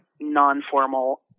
non-formal